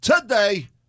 today